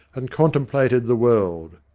and contemplated the world.